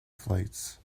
flights